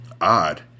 Odd